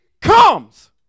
comes